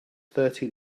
thirty